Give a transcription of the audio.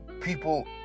people